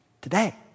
today